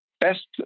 best